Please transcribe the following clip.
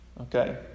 Okay